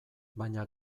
baina